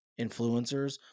influencers